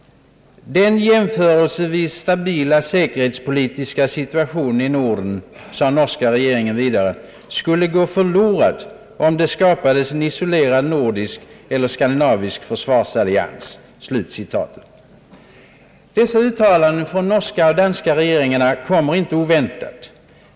»Den jämförelsevis stabila säkerhetspolitiska situationen i Norden skulle gå förlorad om det skapades en isolerad nordisk eller skandinavisk försvarsallians.» Dessa uttalanden av de norska och danska regeringarna kommer inte oväntat.